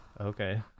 Okay